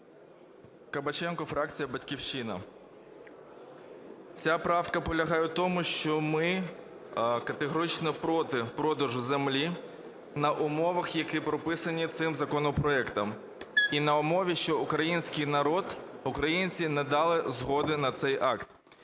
Кабаченко, фракція "Батьківщина". Ця правка полягає в тому, що ми категорично проти продажу землі на умовах, які прописані цим законопроектом, і на умові, що український народ, українці, надали згоду на цей акт.